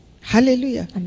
Hallelujah